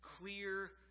clear